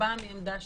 שבא מעמדת